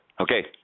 Okay